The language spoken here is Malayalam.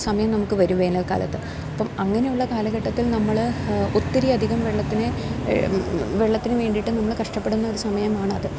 സമയം നമുക്ക് വരും വേനല്ക്കാലത്ത് അപ്പം അങ്ങനെ ഉള്ള കാലഘട്ടത്തിൽ നമ്മൾ ഒത്തിരി അധികം വെള്ളത്തിനെ വെള്ളത്തിന് വേണ്ടിയിട്ട് നമ്മൾ കഷ്ടപ്പെടുന്നൊരു സമയമാണ് അത്